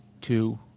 two